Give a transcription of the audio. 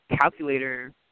calculator